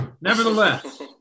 nevertheless